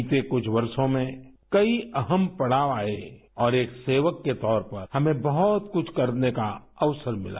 बीते कुछ वर्षों में कई अहम पड़ाव आये और एक सेवक के तौर पर हमें बहुत कुछ करने का अवसर भिला